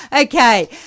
Okay